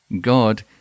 God